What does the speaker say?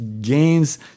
gains